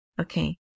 okay